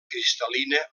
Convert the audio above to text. cristal·lina